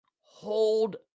hold